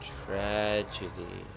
tragedy